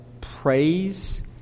praise